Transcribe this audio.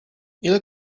ile